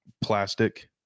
plastic